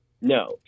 No